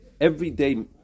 everyday